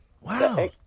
Wow